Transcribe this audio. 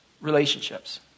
relationships